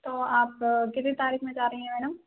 तो आप कितनी तारीख़ में चाह रहीं हैं मैडम